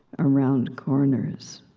around corners.